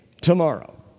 tomorrow